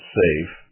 safe